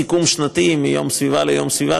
סיכום שנתי מיום סביבה ליום סביבה,